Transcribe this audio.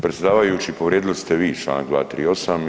Predsjedavajući povrijedili ste vi članak 238.